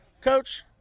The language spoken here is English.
Coach